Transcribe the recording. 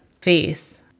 faith